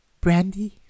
Brandy